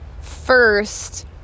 First